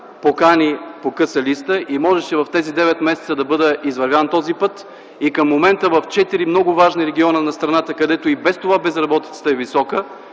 покани по къса листа и през тези девет месеца можеше да бъде извървян този път. Към момента в четири много важни региона на страната, където и без това безработицата е висока,